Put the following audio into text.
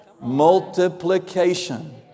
Multiplication